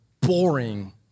boring